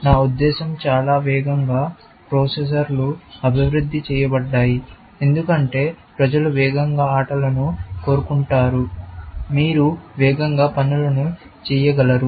నా ఉద్దేశ్యం చాలా వేగంగా ప్రాసెసర్లు అభివృద్ధి చేయబడ్డాయి ఎందుకంటే ప్రజలు వేగంగా ఆటలను కోరుకుంటారు మీరు వేగంగా పనులు చేయగలరు